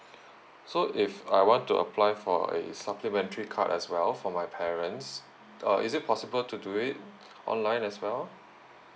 so if I want to apply for a supplementary card as well for my parents uh is it possible to do it online as well